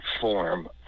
form